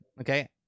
okay